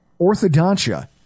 orthodontia